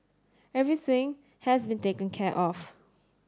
everything has been taken care of